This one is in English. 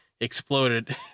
exploded